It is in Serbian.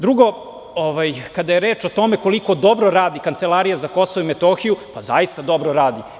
Drugo, kada je reč o tome koliko dobro radi Kancelarija za Kosovo i Metohiju, zaista dobro radi.